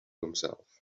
himself